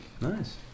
Nice